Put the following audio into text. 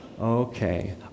okay